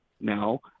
now